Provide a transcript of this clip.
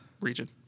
region